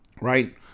right